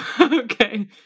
Okay